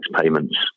payments